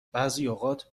بعضیاوقات